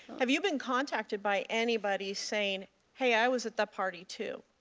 have you been contacted by anybody saying hey, i was at that party too?